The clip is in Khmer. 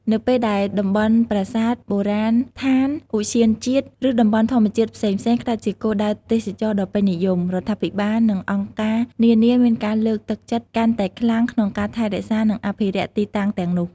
នៅពេលដែលតំបន់ប្រាសាទ បុរាណដ្ឋាន ឧទ្យានជាតិ ឬតំបន់ធម្មជាតិផ្សេងៗក្លាយជាគោលដៅទេសចរណ៍ដ៏ពេញនិយម រដ្ឋាភិបាល និងអង្គការនានាមានការលើកទឹកចិត្តកាន់តែខ្លាំងក្នុងការថែរក្សា និងអភិរក្សទីតាំងទាំងនោះ។